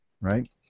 right